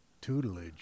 tutelage